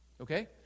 okay